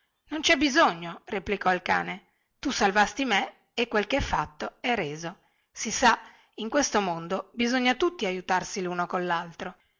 non cè bisogno replicò il cane tu salvasti me e quel che è fatto è reso si sa in questo mondo bisogna tutti aiutarsi luno collaltro